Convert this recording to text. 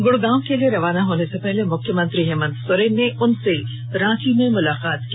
गुड़गांव के लिए रवाना होने से पहले मुख्यमंत्री हेमंत सोरेन ने उनसे रांची में मुलाकात की